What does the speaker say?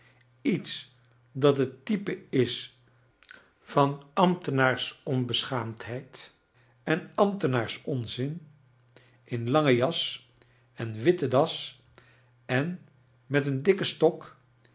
iets dat het type is van ambtenaarsonbeschaamdheid en ambtenaars onzin in lange jas en witte das en met een dikken stok